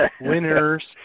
winners